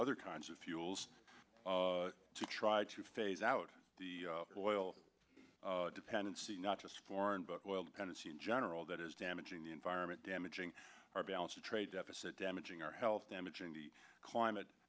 other kinds of fuels to try to phase out the oil dependency not just foreign book oil dependency in general that is damaging the environment damaging our balance of trade deficit damaging our health damaging the climate